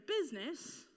business